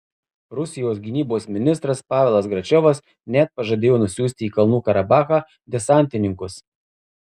rusijos gynybos ministras pavelas gračiovas net pažadėjo nusiųsti į kalnų karabachą desantininkus